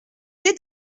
est